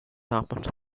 happened